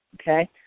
Okay